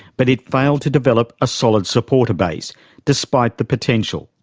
but it failed to develop a solid supporter base despite the potential.